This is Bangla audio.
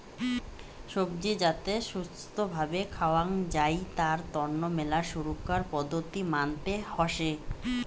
সবজি যাতে ছুস্থ্য ভাবে খাওয়াং যাই তার তন্ন মেলা সুরক্ষার পদ্ধতি মানতে হসে